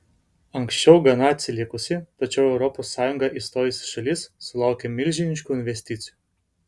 anksčiau gana atsilikusi tačiau į europos sąjungą įstojusi šalis sulaukia milžiniškų investicijų